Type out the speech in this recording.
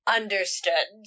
understood